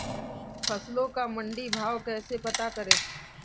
फसलों का मंडी भाव कैसे पता करें?